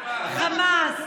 חמאס,